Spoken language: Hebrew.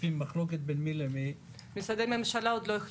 במצבים האלה סברנו שאפשר לתת את הסמכות